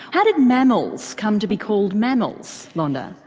how did mammals come to be called mammals, londa?